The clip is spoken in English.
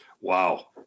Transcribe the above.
Wow